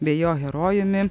bei jo herojumi